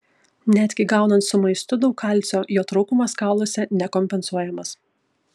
netgi gaunant su maistu daug kalcio jo trūkumas kauluose nekompensuojamas